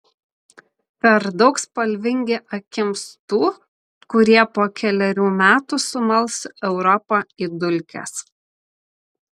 per daug spalvingi akims tų kurie po kelerių metų sumals europą į dulkes